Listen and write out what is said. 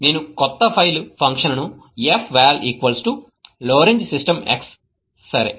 నేను క్రొత్త ఫైల్ ఫంక్షన్ను సృష్టిస్తాను fval lorenzSystem X సరే